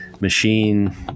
machine